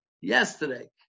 yesterday